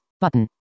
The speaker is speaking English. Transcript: Button